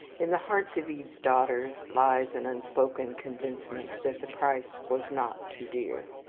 in the hearts of eve's daughters lies an unspoken convincement that the price was not too dear.